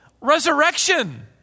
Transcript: resurrection